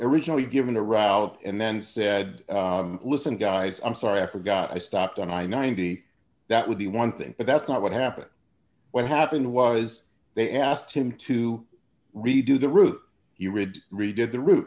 originally given the route and then said listen guys i'm sorry i forgot i stopped on i ninety that would be one thing but that's not what happened what happened was they asked him to redo the route he read redid the route